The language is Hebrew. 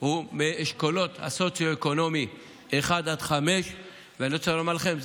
הוא מהאשכולות הסוציו-אקונומיים 1 5. אני רוצה לומר לכם,